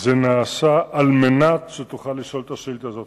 זה נעשה על מנת שתוכל לשאול את השאילתא הזאת,